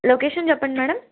location చెప్పండి madam